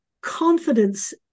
confidence